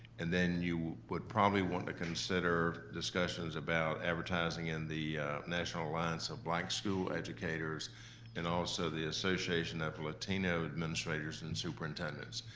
and then you would probably want to consider discussions about advertising in the national alliance of black school educators and also the association of latino administrators and superintendents.